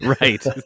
Right